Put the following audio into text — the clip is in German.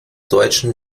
deutschen